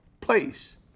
place